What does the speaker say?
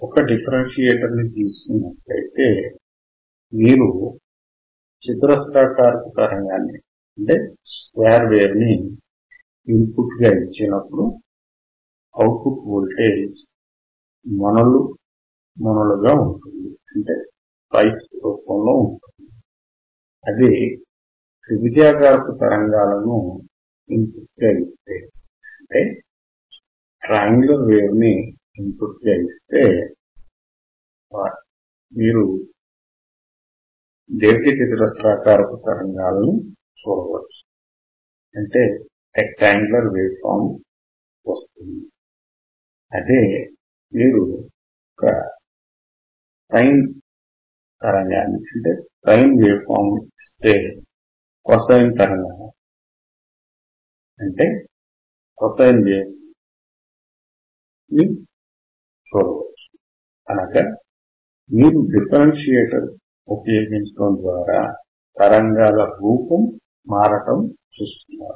ఒక డిఫరెన్షియేటర్ ని తీసుకున్నట్లయితే మీరు చతురస్రాకారపు తరంగాన్ని ఇన్ పుట్ గా ఇచ్చినప్పుడు అవుట్ పుట్ వోల్టేజ్ మొనలు గా ఉంటుంది అదే త్రిభుజాకారపు తరంగాలను ఇన్ పుట్ గా ఇస్తే మీరు దీర్ఘచతురస్రాకారపు తరంగాలను చూస్తారు అదే మీరు సైన్ తరంగాన్ని ఇస్తే కోసైన్ తరంగాన్ని అనగా మీరు డిఫరెన్షియేటర్ ద్వారా తరంగాల రూపాలు మారటం చూస్తున్నారు